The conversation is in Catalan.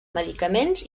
medicaments